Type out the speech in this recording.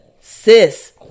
sis